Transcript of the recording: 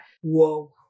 whoa